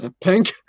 Pink